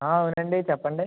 అవునండి చెప్పండి